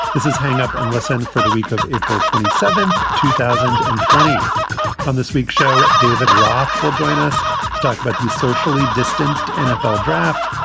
this is hang up and listen for the week of april twenty seven, two thousand and twenty on this week's show, david roth will join us to talk about but the socially distant nfl draft,